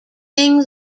king